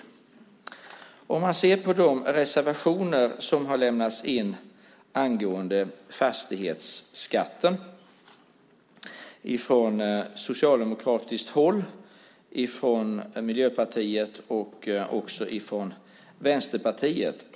Man kan se på de reservationer som har lämnats in angående fastighetsskatten från socialdemokratiskt håll, från Miljöpartiet och också från Vänsterpartiet.